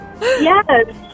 Yes